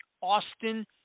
Austin